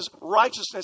righteousness